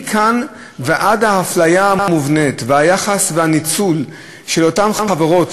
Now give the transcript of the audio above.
מכאן ועד האפליה המובנית והיחס והניצול של נשים באותן חברות,